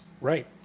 right